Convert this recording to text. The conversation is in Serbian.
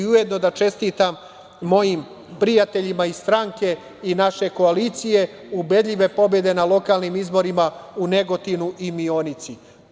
Ujedno, da čestitam mojim prijateljima iz stranke i naše koalicije ubedljive pobede na lokalnim izborima u Negotinu i Mionici.